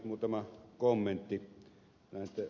muutama kommentti näiden ed